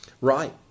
Right